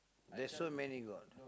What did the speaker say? there's so many god